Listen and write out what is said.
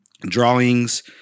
drawings